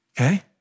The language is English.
okay